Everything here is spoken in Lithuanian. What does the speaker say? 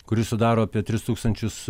kuris sudaro apie tris tūkstančius